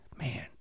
man